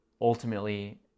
ultimately